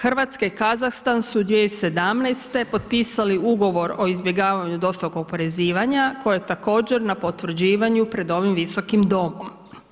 Hrvatska i Kazahstan su 2017. potpisali ugovor o izbjegavanju dvostrukog oporezivanja koje je također na potvrđivanju pred ovim Visokim domom.